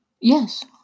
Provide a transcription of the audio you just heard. Yes